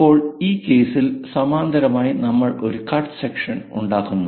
ഇപ്പോൾ ഈ കേസിൽ സമാന്തരമായി നമ്മൾ ഒരു കട്ട് സെക്ഷൻ ഉണ്ടാക്കുന്നു